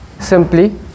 simply